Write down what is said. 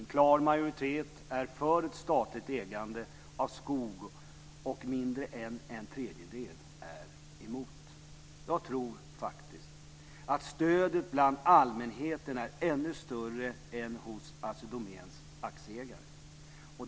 En klar majoritet är för ett statligt ägande av skog. Mindre än en tredjedel är emot. Jag tror faktiskt att stödet bland allmänheten är ännu större än hos Assi Domäns aktieägare.